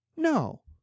No